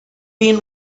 been